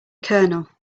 colonel